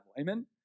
amen